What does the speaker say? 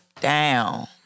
down